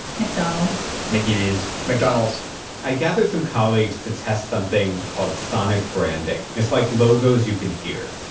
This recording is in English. mcdonald's mickey d's mcdonald's i gathered some colleagues to test something called sonic branding. it's like logos you can hear